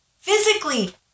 physically